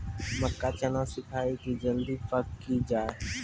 मक्का चना सिखाइए कि जल्दी पक की जय?